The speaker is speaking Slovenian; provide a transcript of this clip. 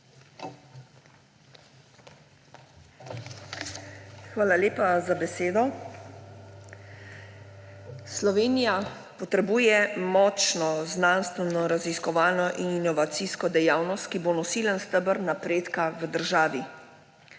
Hvala lepa za besedo. Slovenija potrebuje močno znanstvenoraziskovalno in inovacijsko dejavnost, ki bo nosilni steber napredka v državi.